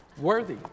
Worthy